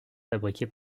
fabriqués